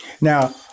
Now